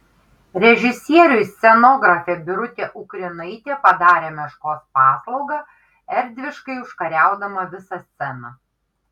režisieriui scenografė birutė ukrinaitė padarė meškos paslaugą erdviškai užkariaudama visą sceną